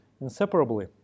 inseparably